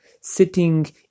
sitting